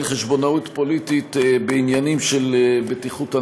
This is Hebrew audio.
חשבונאות פוליטית בעניינים של בטיחות הנסיעה.